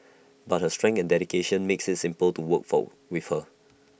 but her strength and dedication makes IT simple to work for with her